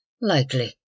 Likely